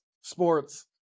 sports